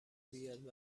بیاد